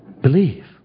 Believe